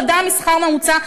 אדם עם שכר ממוצע,